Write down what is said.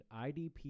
IDP